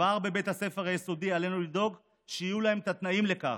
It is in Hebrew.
כבר בבית הספר היסודי עלינו לדאוג שיהיו להם התנאים לכך,